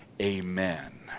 Amen